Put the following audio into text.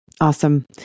Awesome